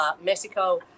Mexico